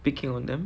picking on them